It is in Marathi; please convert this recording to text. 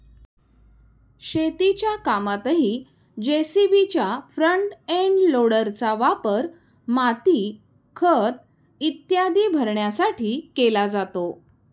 शेतीच्या कामातही जे.सी.बीच्या फ्रंट एंड लोडरचा वापर माती, खत इत्यादी भरण्यासाठी केला जातो